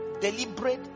Deliberate